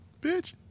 Bitch